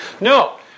No